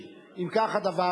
אם כך הדבר,